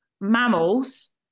mammals